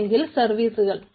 അല്ലെങ്കിൽ സർവീസുകൾ